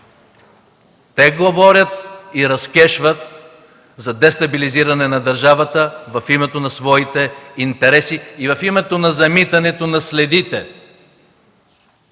Те говорят и разкешват за дестабилизиране на държавата в името на своите интереси и в името на замитането на следите.